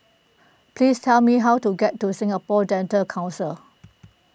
please tell me how to get to Singapore Dental Council